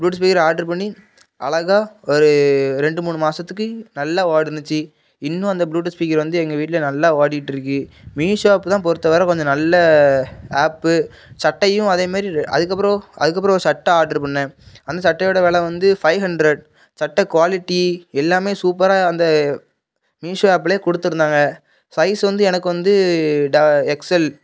Bluetooth speaker order பண்ணி அழகா ஒரு ரெண்டு மூணு மாசத்துக்கு நல்லா ஓடுச்சி இன்னும் அந்த ப்ளூடூத் ஸ்பீக்கர் வந்து எங்கள் வீட்டில் நல்லா ஓடிட்டுருக்கு மீஷோ ஆப்பு தான் பொறுத்தவரை கொஞ்சம் நல்ல ஆப்பு சட்டையும் அதேமாரி அதுக்கப்புறம் அதுக்கப்புறம் ஒரு சட்டை ஆட்ரு பண்ணிணேன் அந்த சட்டையோட வெலை வந்து ஃபைவ் ஹண்ட்ரெட் சட்டை குவாலிட்டி எல்லாம் சூப்பர் அந்த மீஷோ ஆப்பில் கொடுத்து இருந்தாங்க சைஸ் வந்து எனக்கு வந்து எக்ஸ்எல்